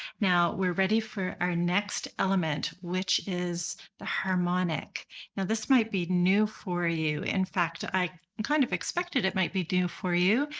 now we're ready for our next element which is the harmonic. now this might be new for you. in fact, i kind of expected it might be new for you,